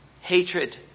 hatred